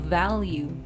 value